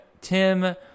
Tim